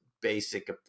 basic